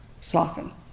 soften